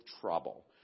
trouble